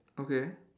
okay